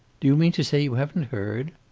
do you mean to say you haven't heard?